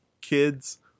kids